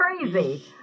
crazy